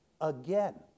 again